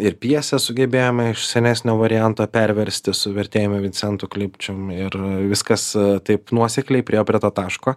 ir pjesę sugebėjome iš senesnio varianto perversti su vertėjumi vincentu klipčium ir viskas taip nuosekliai priėjo prie to taško